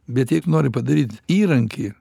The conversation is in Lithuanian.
bet jei tu nori padaryt įrankį